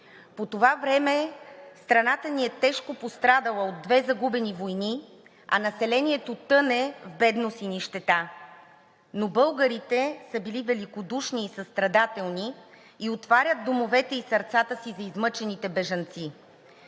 По това време страната ни е тежко пострадала от две загубени войни, а населението тъне в бедност и нищета, но българите са били великодушни и състрадателни и отварят домовете и сърцата си за измъчените бежанци.